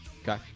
Okay